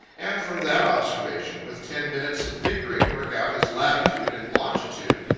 and from that observation, with ten minutes of figuring, work out his latitude and longitude.